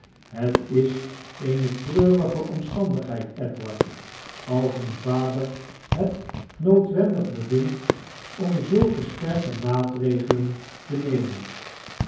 het is eene treurige omstandigheid edward als een vader het noodwendig bevindt om zulke sterke maatregelen te nemen